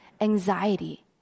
Anxiety